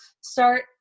start